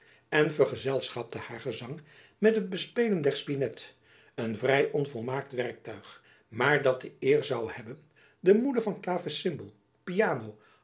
en vergezelschapte haar gezang met het bespelen der spinet een vrij onvolmaakt werktuig maar dat de eer zoû hebben de moeder van klavecimbaal piano